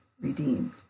redeemed